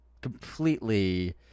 completely